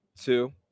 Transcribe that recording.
two